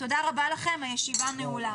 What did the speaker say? תודה רבה לכם, הישיבה נעולה.